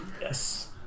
Yes